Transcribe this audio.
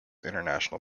international